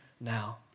now